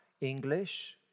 English